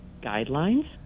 guidelines